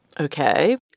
Okay